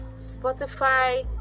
spotify